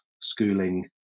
schooling